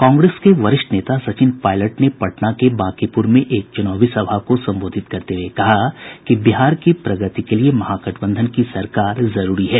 कांग्रेस के वरिष्ठ नेता सचिन पायलट ने पटना के बांकीपुर में एक चुनावी सभा को संबोधित करते हुये कहा कि बिहार की प्रगति के लिए महागठबंधन की सरकार जरूरी है